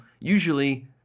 usually